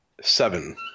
seven